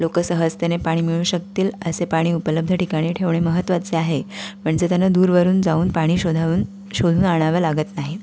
लोक सहजतेने पाणी मिळू शकतील असे पाणी उपलब्ध ठिकाणी ठेवणे महत्त्वाचे आहे म्हणजे त्यांना दूरवरून जाऊन पाणी शोधावून शोधून आणावं लागत नाही